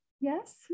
yes